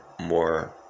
more